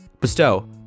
Bestow